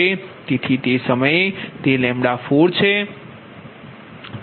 તેથી તે સમયે તે 4છે